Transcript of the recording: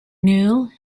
new